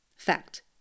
Fact